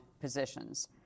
positions